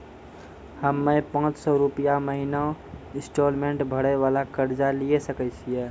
हम्मय पांच सौ रुपिया महीना इंस्टॉलमेंट भरे वाला कर्जा लिये सकय छियै?